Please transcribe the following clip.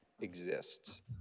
exists